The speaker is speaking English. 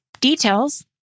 details